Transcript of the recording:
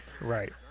right